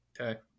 Okay